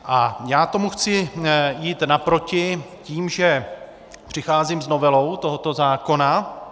A já tomu chci jít naproti tím, že přicházím s novelou tohoto zákona.